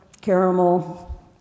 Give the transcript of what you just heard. caramel